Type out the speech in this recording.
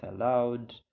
allowed